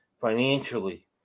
financially